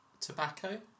Tobacco